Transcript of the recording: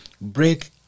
break